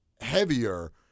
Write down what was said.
heavier